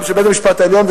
של בית-המשפט העליון,